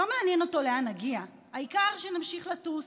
ולא מעניין אותו לאן נגיע, העיקר שימשיך לטוס,